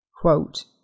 Quote